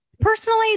personally